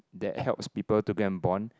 that helps people to go and bond